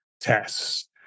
tests